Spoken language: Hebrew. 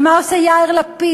ומה עושה יאיר לפיד?